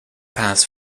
paths